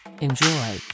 Enjoy